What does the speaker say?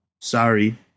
Sorry